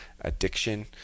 addiction